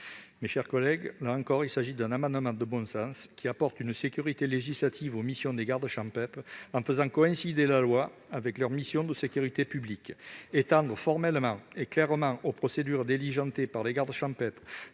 Mes chers collègues, il s'agit d'un amendement de bon sens, qui apporte une sécurité législative aux missions des gardes champêtres en faisant coïncider la loi avec leur mission de sécurité publique. Étendre formellement et clairement aux procédures diligentées par les gardes champêtres